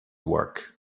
work